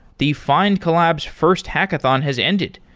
the findcollabs first hackathon has ended.